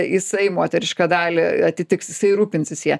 jisai moterišką dalį atitiks jisai rūpinsis ja